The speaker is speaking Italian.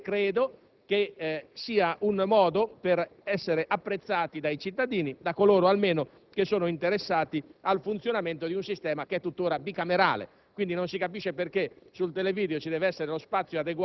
c'era stato - sul Televideo della RAI, poiché ritengo sia un modo per essere apprezzati dai cittadini, da coloro almeno che sono interessati al funzionamento di un sistema che è tuttora bicamerale,